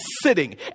sitting